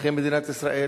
אזרחי מדינת ישראל.